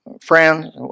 friends